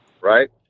right